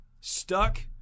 stuck